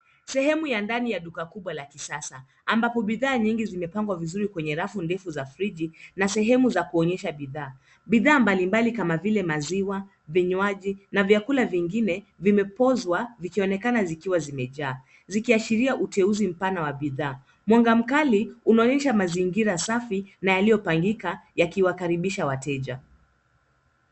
Sehemu ya ndani ya duka kubwa la kisasa. Bidhaa nyingi zimepangwa kwa mpangilio mzuri kwenye rafu safi za friji na sehemu maalum za kuonyesha bidhaa. Bidhaa mbalimbali kama maziwa, vinywaji na vyakula vingine vipo kwenye sehemu za baridi, vikiwa vimejaa na kuonekana kwa uwazi, kuashiria uteuzi mpana wa bidhaa. Mwanga mkali unaonyesha mazingira safi na yaliyopangwa vizuri, yanayowakaribisha wateja kwa mvuto.